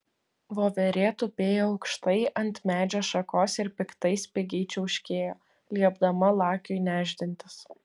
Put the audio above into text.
voverė tupėjo aukštai ant medžio šakos ir piktai spigiai čiauškėjo liepdama lakiui nešdintis